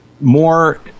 more